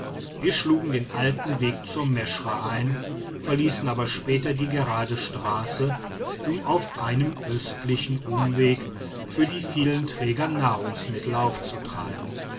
wir schlugen den alten weg zur meschra ein verließen aber später die gerade straße um auf einem östlichen umweg für die vielen träger nahrungsmittel aufzutreiben